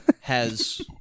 has-